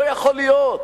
לא יכול להיות.